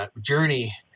journey